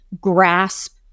grasp